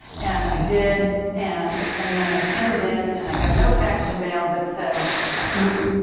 and i did and, and then i sent it in and i got a note back in the mail that said you,